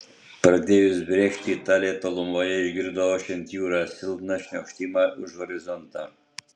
pradėjus brėkšti talė tolumoje išgirdo ošiant jūrą silpną šniokštimą už horizonto